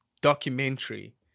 documentary